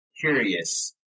curious